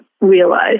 realize